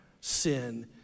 sin